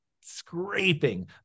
scraping